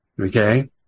okay